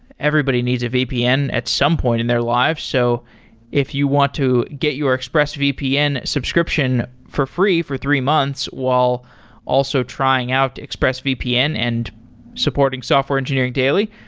everybody needs at vpn at some point in their life. so if you want to get your expressvpn subscription for free for three months while also trying out expressvpn and supporting software engineering daily,